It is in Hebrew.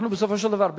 אנחנו בסופו של דבר,